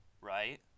right